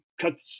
cut